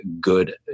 good